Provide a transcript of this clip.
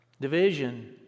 Division